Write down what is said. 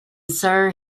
sir